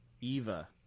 Eva